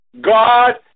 God